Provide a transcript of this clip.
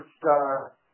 First